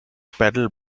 pedal